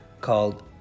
called